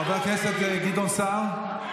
חבר הכנסת גדעון סער, אינו נוכח.